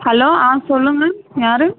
hello சொல்லுங்கள் யார்